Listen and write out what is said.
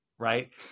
right